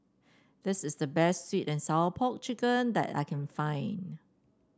this is the best sweet and Sour Pork chicken that I can find